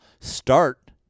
Start